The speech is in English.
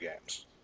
games